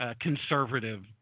conservative